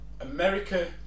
America